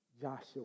Joshua